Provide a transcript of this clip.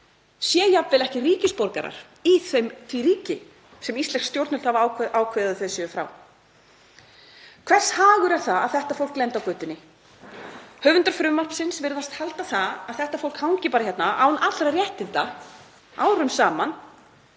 sé jafnvel ekki ríkisborgarar í því ríki sem íslensk stjórnvöld hafa ákveðið að það sé frá. Hvers hagur er það að þetta fólk lendi á götunni? Höfundar frumvarpsins virðast halda að þetta fólk gangi bara hérna án allra réttinda árum saman